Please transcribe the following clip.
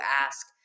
ask